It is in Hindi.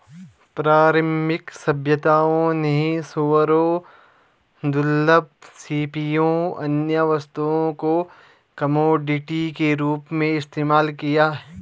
प्रारंभिक सभ्यताओं ने सूअरों, दुर्लभ सीपियों, अन्य वस्तुओं को कमोडिटी के रूप में इस्तेमाल किया